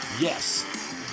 Yes